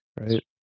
right